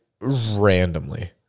Randomly